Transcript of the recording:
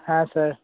हा सर